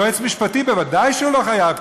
יועץ משפטי בוודאי לא חייב,